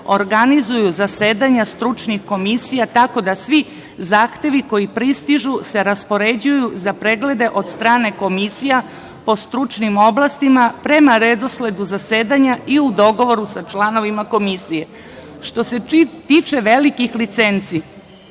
organizuju zasedanja stručnih komisija, tako da svi zahtevi koji pristižu se raspoređuju za preglede od strane komisija po stručnim oblastima, prema redosledu zasedanja i u dogovoru sa članovima Komisije. Što se tiče velikih licenci,